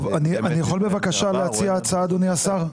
טוב, אני יכול בבקשה להציע הצעה, אדוני השר?